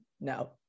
no